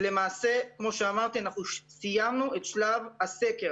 ולמעשה, כמו שאמרתי, אנחנו סיימנו את שלב הסקר.